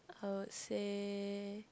I would say